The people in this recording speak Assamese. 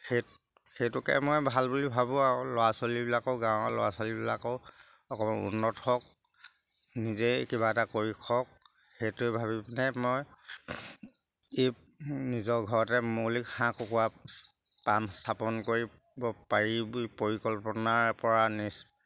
সেই সেইটোকে মই ভাল বুলি ভাবোঁ আৰু ল'ৰা ছোৱালীবিলাকো গাঁৱৰ ল'ৰা ছোৱালীবিলাকেও অকণমান উন্নত হওক নিজেই কিবা এটা কৰি খওক সেইটোৱে ভাবি পিনে মই এই নিজৰ ঘৰতে মৌলিক হাঁহ কুকুৰা পাম স্থাপন কৰিব পাৰি পৰিকল্পনাৰ পৰা নিচ